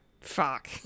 fuck